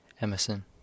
Emerson